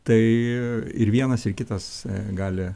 tai ir vienas ir kitas gali